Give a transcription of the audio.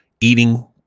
eating